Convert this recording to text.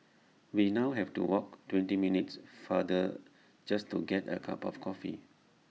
we now have to walk twenty minutes farther just to get A cup of coffee